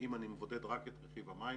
אם אני מבודד רק את רכיב המים,